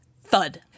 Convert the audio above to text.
Thud